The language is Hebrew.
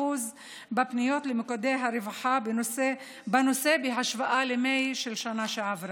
בפניות למוקדי הרווחה בנושא בהשוואה למאי של שנה שעברה.